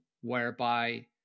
whereby